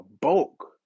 bulk